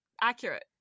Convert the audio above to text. accurate